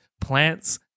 plants